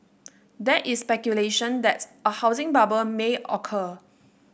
there is speculation that a housing bubble may occur